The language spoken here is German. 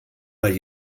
mal